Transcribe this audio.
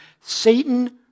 Satan